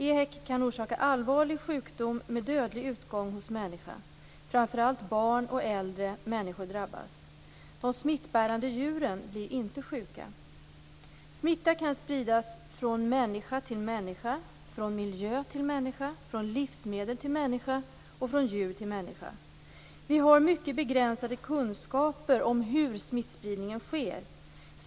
EHEC kan orsaka allvarlig sjukdom med dödlig utgång hos människa. Framför allt barn och äldre människor drabbas. De smittbärande djuren blir inte sjuka. Smitta kan spridas från människa till människa, från miljön till människa, från livsmedel till människa och från djur till människa. Vi har mycket begränsade kunskaper om hur smittspridningen sker.